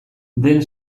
den